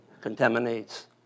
Contaminates